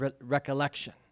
recollection